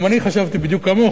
גם אני חשבתי בדיוק כמוך.